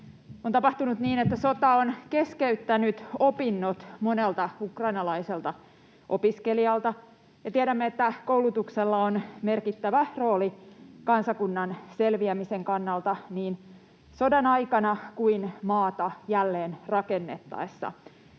sota on keskeyttänyt opinnot monelta ukrainalaiselta opiskelijalta, ja tiedämme, että koulutuksella on merkittävä rooli kansakunnan selviämisen kannalta niin sodan aikana kuin maata jälleenrakennettaessa.